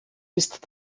ist